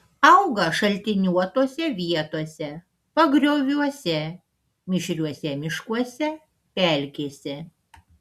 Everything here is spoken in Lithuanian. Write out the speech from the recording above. auga šaltiniuotose vietose pagrioviuose mišriuose miškuose pelkėse